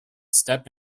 step